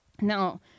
Now